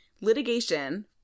Litigation